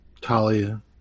Talia